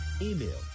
email